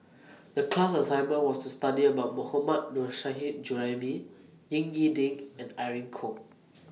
The class assignment was to study about Mohammad Nurrasyid Juraimi Ying E Ding and Irene Khong